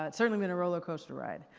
ah certainly i'm in a roller coaster ride.